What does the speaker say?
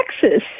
Texas